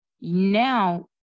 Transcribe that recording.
Now